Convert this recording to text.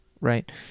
right